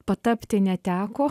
patapti neteko